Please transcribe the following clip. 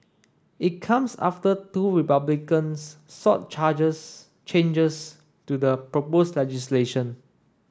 it comes after two Republicans sought charges changes to the proposed legislation